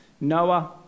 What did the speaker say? Noah